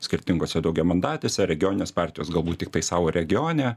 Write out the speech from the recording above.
skirtingose daugiamandatėse regioninės partijos galbūt tiktai savo regione